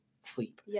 sleep